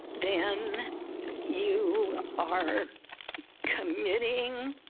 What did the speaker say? then you are committing.